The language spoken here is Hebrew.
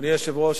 אדוני היושב-ראש,